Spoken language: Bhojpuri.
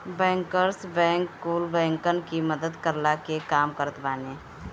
बैंकर्स बैंक कुल बैंकन की मदद करला के काम करत बाने